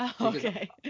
Okay